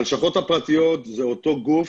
הלשכות הפרטיות זה אותו גוף